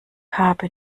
habe